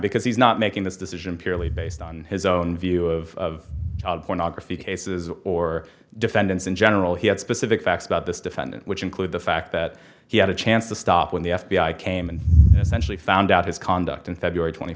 because he's not making this decision purely based on his own view of pornography cases or defendants in general he had specific facts about this defendant which include the fact that he had a chance to stop when the f b i came and essentially found out his conduct in february twenty